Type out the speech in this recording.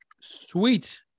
Sweet